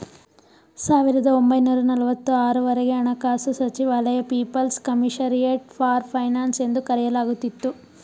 ಸಾವಿರದ ಒಂಬೈನೂರ ನಲವತ್ತು ಆರು ವರೆಗೆ ಹಣಕಾಸು ಸಚಿವಾಲಯ ಪೀಪಲ್ಸ್ ಕಮಿಷರಿಯಟ್ ಫಾರ್ ಫೈನಾನ್ಸ್ ಎಂದು ಕರೆಯಲಾಗುತ್ತಿತ್ತು